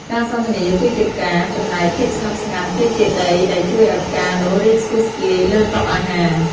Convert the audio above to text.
ការសន្ទនាគឺជាផ្កា ចំណែកភាពស្ងប់ស្ងាត់គឺជាដីដែលជួយឱ្យផ្កានោះរីកស្គុស្គាយលើតុអាហារ។